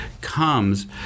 comes